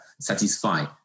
satisfy